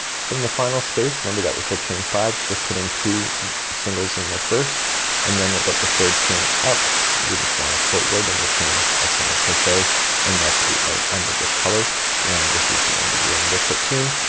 so in the final space remember that was a chain five just put in two singles in there first and then about but the third chain up you just wanna put right in the chain a single crochet and that's the end of this color and this is the end of the row number thirteen.